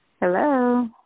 Hello